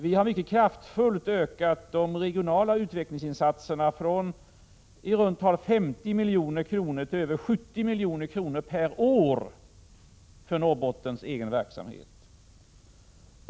Vi har mycket kraftfullt ökat de regionalpolitiska utvecklingsinsatserna från i runt tal 50 milj.kr. till över 70 milj.kr. per år för Norrbottens egen verksamhet.